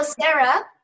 Sarah